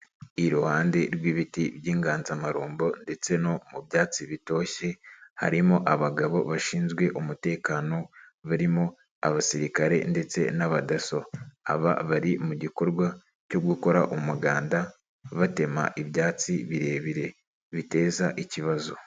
Iruhande rw'ibiti by'inganzamarumbo ndetse no mu byatsi bitoshye harimo abagabo bashinzwe umutekano barimo abasirikare ndetse n'abadaso, aba bari mu gikorwa cyo gukora umuganda batema ibyatsi birebire biteza ikibazo.